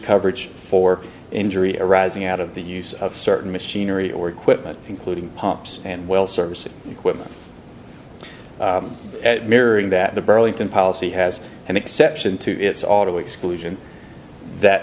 coverage for injury arising out of the use of certain machinery or equipment including pumps and well services equipment mirroring that the burlington policy has an exception to it's all the exclusion that